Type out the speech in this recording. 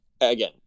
again